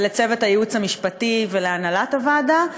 ולצוות הייעוץ המשפטי ולהנהלת הוועדה.